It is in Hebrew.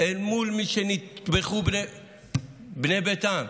אל מול מי שנטבחו בני ביתם,